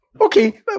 Okay